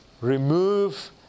Remove